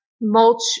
mulch